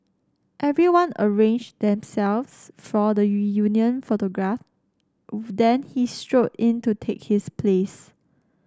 everyone arranged themselves for the reunion photograph then he strode in to take his place